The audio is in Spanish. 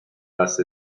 las